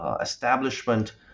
establishment